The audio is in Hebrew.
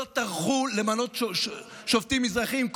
לא טרחו למנות שופטים מזרחים.